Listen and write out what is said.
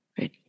Right